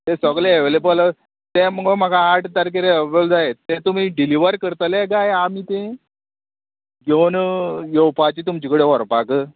तें सोगलें एवेलेबल तें मुगो म्हाका आठ तारखेर एवेल जाय तें तुमी डिलिव्हर करतले काय आमी तें घेवन येवपाची तुमचे कडेन व्हरपाक